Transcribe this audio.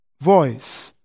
voice